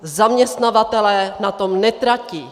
Zaměstnavatelé na tom netratí.